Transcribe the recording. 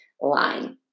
line